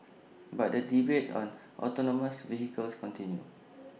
but the debate on autonomous vehicles continue